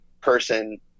person